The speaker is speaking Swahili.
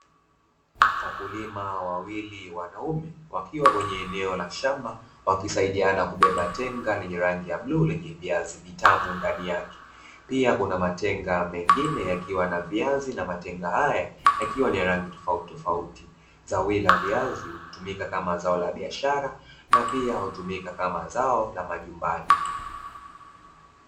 Wakulima wawili wanaume wakiwa kwenye eneo la shamba ,wakisaidiana kubeba tenga lenye rangi ya bluu lenye viazi vitamu ndani yake. Pia kuna matenga mengine yakiwa na viazi na matenga haya yakiwa na rangi tofauti tofauti, zao hili la viazi hutumika kama zao la biashara na pia hutumika kama zao la majumbani.